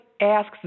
asks